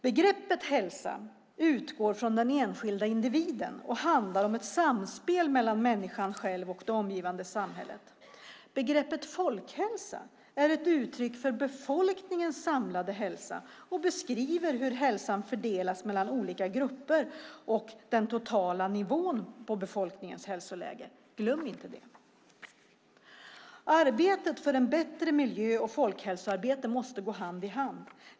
Begreppet hälsa utgår från den enskilda individen och handlar om ett samspel mellan människan själv och det omgivande samhället. Begreppet folkhälsa är ett uttryck för befolkningens samlade hälsa och beskriver hur hälsan fördelas mellan olika grupper och den totala nivån på befolkningens hälsoläge. Glöm inte det! Arbetet för en bättre miljö och folkhälsoarbetet måste gå hand i hand.